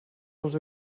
dels